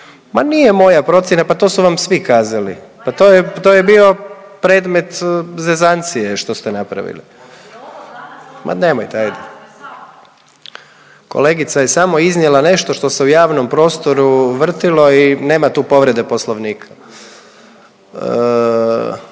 Pa nije moja procjena, pa to su vam svi kazali, pa to je bio predmet zezancije, što ste napravili. .../Upadica se ne čuje./... Ma nemojte, ajde. Kolegica je samo iznijela nešto što se u javnom prostoru vrtilo i nema tu povrede Poslovnika.